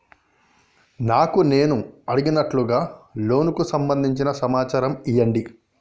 నాకు నేను అడిగినట్టుగా లోనుకు సంబందించిన సమాచారం ఇయ్యండి?